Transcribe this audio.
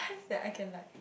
that I can like